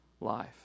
life